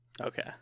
Okay